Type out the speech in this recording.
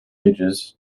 ages